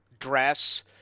Dress